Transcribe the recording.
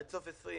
עד סוף 20',